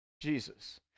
Jesus